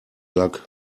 luck